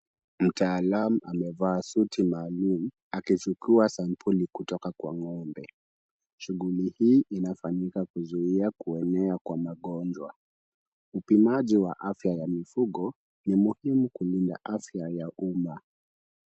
Mtaalamu amevaa suti maalum, akichukua sampuli kutoka kwa ng'ombe. Shughuli hii inafanyika kuzuia kuenea kwa magonjwa. Upimaji wa afya ya mifugo ni muhimu kulinda afya ya umma.